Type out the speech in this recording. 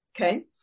okay